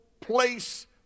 place